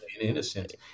innocent